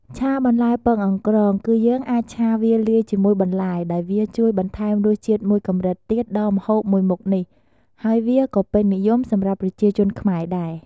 ឆាបន្លែពងអង្រ្កង គឺយើងអាចឆាវាលាយជាមួយបន្លែ ដោយវាជួយបន្ថែមរសជាតិមួយកម្រិតទៀតដល់ម្ហូបមួយមុខនេះ ហើយវាក៏ពេញនិយមសម្រាប់ប្រជាជនខ្មែរដែរ។